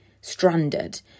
stranded